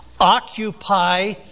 Occupy